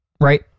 right